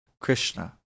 Krishna